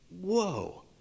Whoa